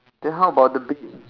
then how about the bait